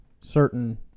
certain